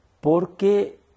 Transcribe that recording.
porque